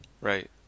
Right